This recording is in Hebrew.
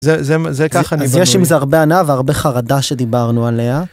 זה ככה אני מבין. אז יש עם זה הרבה הנאה והרבה חרדה שדיברנו עליה.